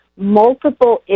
multiple